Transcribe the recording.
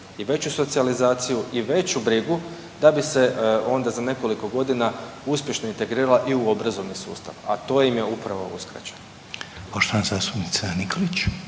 i veću socijalizaciju i veću brigu da bi se onda za nekoliko godina uspješno integrirala i u obrazovni sustav, a to im je upravo uskraćeno. **Reiner, Željko